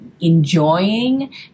enjoying